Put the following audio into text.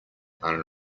are